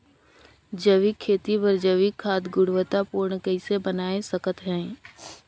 जैविक खेती बर जैविक खाद गुणवत्ता पूर्ण कइसे बनाय सकत हैं?